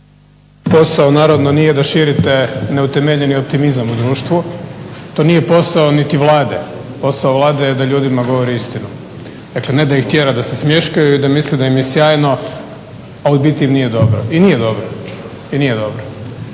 posao naravno nije da širite neutemeljeni optimizam u društvu. To nije posao niti vlade. Posao Vlade je da ljudima govori istinu. Dakle, ne da ih tjera da se smješkaju i da misle da im je sjajno, a u biti im nije dobro. I nije dobro. I ne tražim